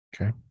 okay